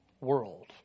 world